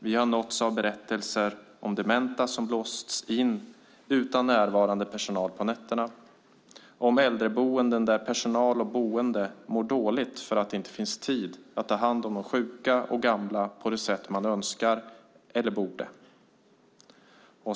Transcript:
Vi har nåtts av berättelser om dementa som låsts in utan närvarande personal på nätterna, om äldreboenden där både personal och boende mår dåligt för att det inte finns tid att ta hand om de sjuka och gamla på det sätt man önskar eller borde.